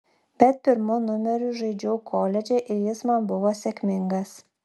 bet pirmu numeriu žaidžiau koledže ir jis man buvo sėkmingas